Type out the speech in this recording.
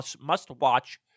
must-watch